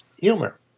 humor